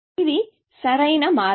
ఇది సరైన మార్గం